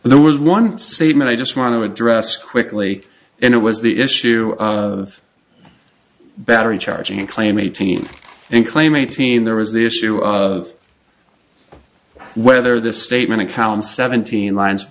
more there was one statement i just want to address quickly and it was the issue of battery charging claim eighteen and claim eighteen there was the issue of whether the statement accounts seventeen lines